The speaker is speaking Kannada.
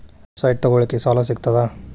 ಸೈಟ್ ತಗೋಳಿಕ್ಕೆ ಸಾಲಾ ಸಿಗ್ತದಾ?